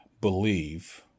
believe